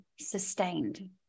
sustained